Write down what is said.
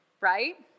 Right